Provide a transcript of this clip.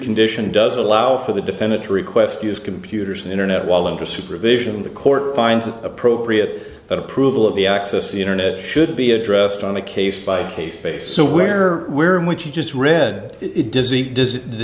condition does allow for the defendant to request use computers and internet while under supervision the court finds it appropriate that approval of the access the internet should be addressed on a case by case basis so where we're in which you just read it does the does